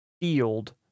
field